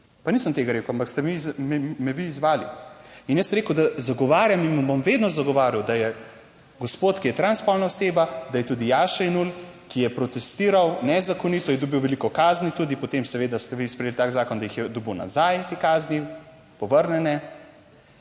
Pa nisem tega rekel, ampak ste me vi izzvali. In jaz sem rekel, da zagovarjam in bom vedno zagovarjal, da je gospod, ki je transspolna oseba, da je tudi Jaša Jenull, ki je protestiral nezakonito, je dobil veliko kazni, tudi potem seveda ste vi sprejeli tak zakon, da jih je dobil nazaj, te kazni povrnjene,